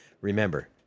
Remember